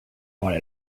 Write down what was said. para